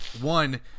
One